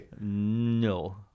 no